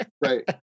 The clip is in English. right